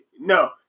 no